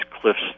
cliffs